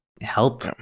help